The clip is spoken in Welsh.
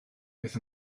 beth